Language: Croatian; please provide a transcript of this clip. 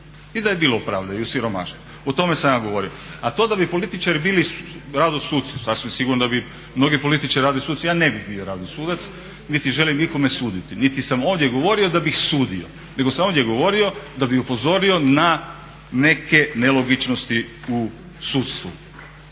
i da je bilo pravde i u siromaštvu. O tome sam ja govorio. A to da bi političari bili rado suci, sasvim sigurno da bi mnogi političari bili rado suci. Ja ne bih bio rado sudac niti želim ikome suditi, niti sam ovdje govorio da bih sudio nego sam ovdje govorio da bih upozorio na neke nelogičnosti u sudstvu.